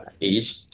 age